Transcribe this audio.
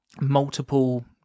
multiple